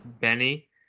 benny